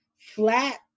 flat